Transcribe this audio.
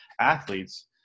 athletes